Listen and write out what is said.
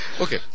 Okay